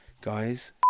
guys